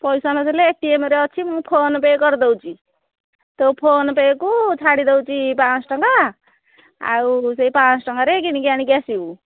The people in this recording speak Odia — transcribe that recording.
ପଇସା ନଥିଲେ ଏ ଟି ଏମ୍ ରେ ଅଛି ମୁଁ ଫୋନ୍ ପେ କରିଦେଉଛି ତୋ ଫୋନ୍ ପେକୁ ଛାଡ଼ି ଦେଉଛି ପାଁଶହ ଟଙ୍କା ଆଉ ସେଇ ପାଁଶହ ଟଙ୍କାରେ କିଣିକି ଆଣିକି ଆସିବୁ